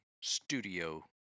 studio